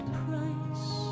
price